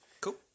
cool